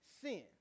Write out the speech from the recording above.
sin